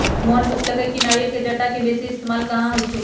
मोहन पुछलई कि नारियल के जट्टा के बेसी इस्तेमाल कहा होई छई